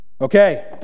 okay